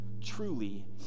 truly